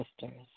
sisters